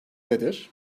nedir